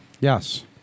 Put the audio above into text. yes